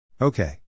Okay